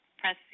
press